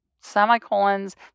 semicolons